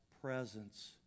presence